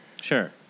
Sure